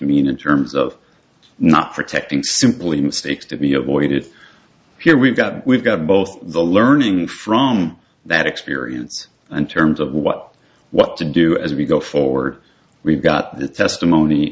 mean in terms of not protecting simply mistakes to be avoided here we've got we've got both the learning from that experience and terms of what what to do as we go forward we've got the testimony